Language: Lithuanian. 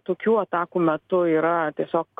tokių atakų metu yra tiesiog